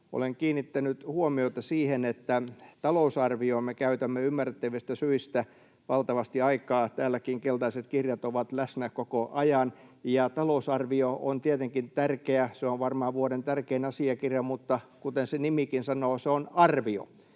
Olen kiinnittänyt huomiota siihen, että talousarvioon me käytämme ymmärrettävistä syistä valtavasti aikaa. Täälläkin keltaiset kirjat ovat läsnä koko ajan. Talousarvio on tietenkin tärkeä, se on varmaan vuoden tärkein asiakirja, mutta kuten se nimikin sanoo, se on arvio.